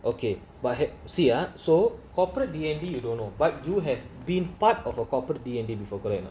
okay but see ah so corporate D_N_D you don't know but you have been part of a corporate D_N_D before correct or not